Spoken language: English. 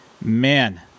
man—